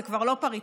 זה כבר לא פריטטי,